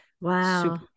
Wow